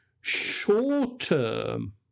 short-term